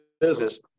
business